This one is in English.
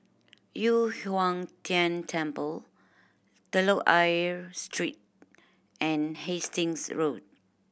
Yu Huang Tian Temple Telok Ayer Street and Hastings Road